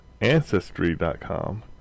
Ancestry.com